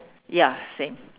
ya same